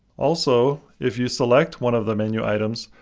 also, if you select one of the menu items,